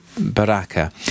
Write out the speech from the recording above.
Baraka